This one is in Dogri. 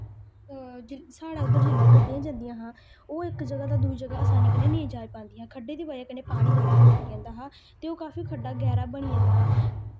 साढ़े इद्धर जिसलै गड्डियां जंदियां हियां ओह् इक जगह दा दूई जगह आसानी कन्नै नेईं जाई पांदियां हियां खड्डे दी बजह कन्नै पानी जेह्ड़ा रुकी जंदा हा ते ओह् काफी खड्डा गैह्रा बनी जंदा हा